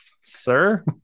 sir